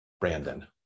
Brandon